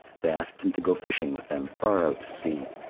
they asked him to go fishing with them far out to sea.